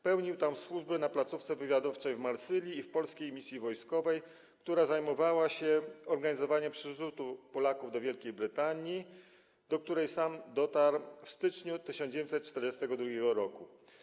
Pełnił tam służbę na placówce wywiadowczej w Marsylii i w polskiej misji wojskowej, która zajmowała się organizowaniem przerzutu Polaków do Wielkiej Brytanii, do której sam dotarł w styczniu 1942 r.